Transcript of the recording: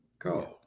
Go